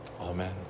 Amen